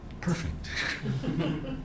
Perfect